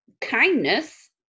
kindness